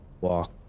walk